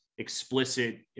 explicit